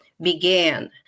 Began